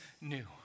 new